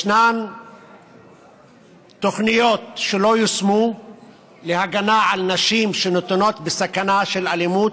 ישנן תוכניות שלא יושמו להגנה על נשים שנתונות בסכנה של אלימות.